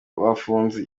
bafunze